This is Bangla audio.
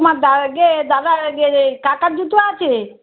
তোমার দা কে দাদার কে কাকার জুতো আছে